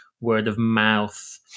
word-of-mouth